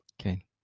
Okay